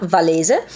Valese